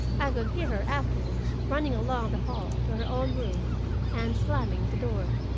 i could hear her, afterwards running along the hall to her own room and slamming the door.